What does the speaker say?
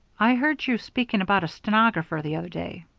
i heard you speaking about a stenographer the other day.